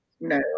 No